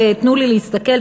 ותנו לי להסתכל,